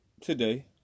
today